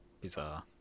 bizarre